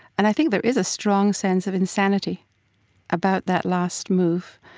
and i think there is a strong sense of insanity about that last move.